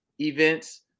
events